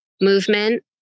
movement